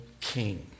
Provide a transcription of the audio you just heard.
king